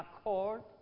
accord